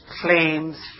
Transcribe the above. claims